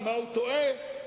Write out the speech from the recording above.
לומר